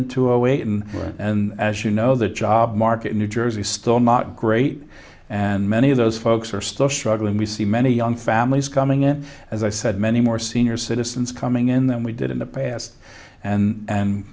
into a way in and as you know the job market in new jersey still not great and many of those folks are still struggling we see many young families coming in as i said many more senior citizens coming in than we did in the past and man